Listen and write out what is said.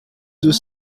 deux